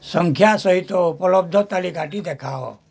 ସଂଖ୍ୟା ସହିତ ଉପଲବ୍ଧ ତାଲିକାଟି ଦେଖାଅ